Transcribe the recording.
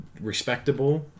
respectable